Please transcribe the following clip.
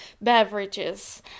beverages